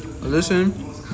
listen